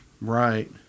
Right